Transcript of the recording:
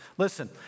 Listen